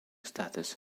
status